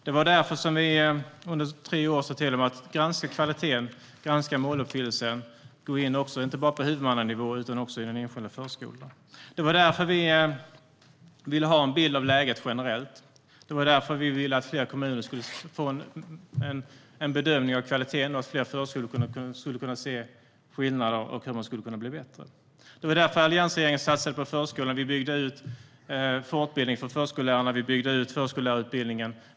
Det var därför vi sa till dem att under tre år granska kvaliteten och måluppfyllelsen och att gå in inte bara på huvudmannanivå utan också i den enskilda förskolan. Det var därför vi ville ha en bild av läget generellt, och det var därför vi ville att fler kommuner skulle få en bedömning av kvaliteten. Fler förskolor skulle kunna se skillnader och hur man skulle kunna bli bättre. Det var därför alliansregeringen satsade på förskolan. Vi byggde ut fortbildning för förskollärarna, och vi byggde ut förskollärarutbildningen.